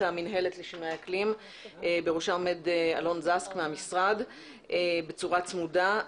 המינהלת לשינוי אקלים בראשה עומד אלון זקס מהמשרד בצורה צמודה.